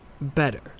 Better